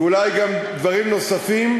ואולי גם דברים נוספים,